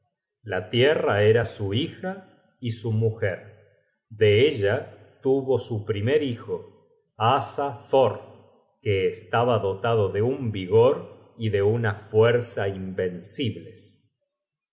la tierra era su hija y su mujer de ella tuvo su primer hijo asa thor que estaba dotado de un vigor y de una fuerza invencibles